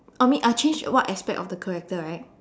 uh I mean uh change one aspect of the character right